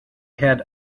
had